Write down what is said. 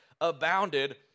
abounded